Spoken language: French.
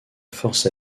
force